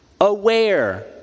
Aware